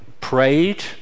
prayed